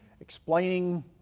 explaining